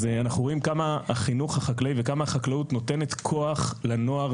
אז אנחנו רואים כמה החינוך החקלאי וכמה החקלאות נותנת כוח לנוער,